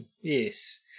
yes